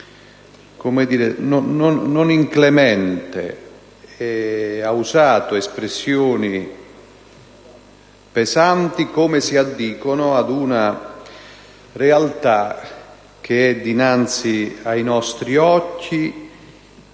una lettura clemente. Lei ha usato espressioni pesanti, come si addicono ad una realtà che è dinanzi ai nostri occhi,